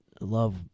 Love